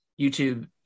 YouTube